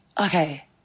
okay